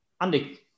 Andy